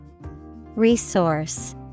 Resource